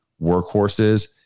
workhorses